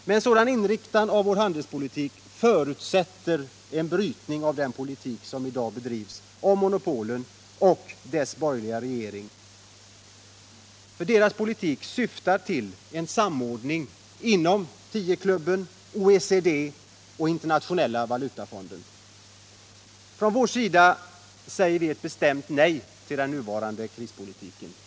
Men en sådan inriktning av vår handelspolitik förutsätter en brytning med den politik som i dag drivs av monopolen och av den borgerliga regeringen och som syftar till samordning inom Tioklubben, OECD och Internationella valutafonden. Från vårt håll säger vi nej till den nuvarande krispolitiken.